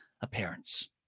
appearance